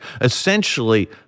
essentially